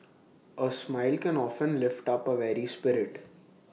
A smile can often lift up A weary spirit